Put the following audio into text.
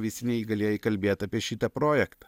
visi neįgalieji kalbėt apie šitą projektą